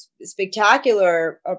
spectacular